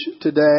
today